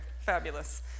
Fabulous